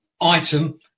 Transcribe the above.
item